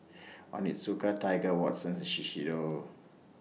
Onitsuka Tiger Watsons Shiseido